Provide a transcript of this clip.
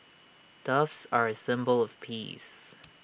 doves are A symbol of peace